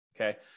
okay